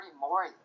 more